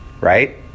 Right